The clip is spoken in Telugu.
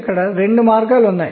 ఇప్పుడు n 3 ఎలా ఉంటుంది